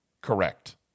correct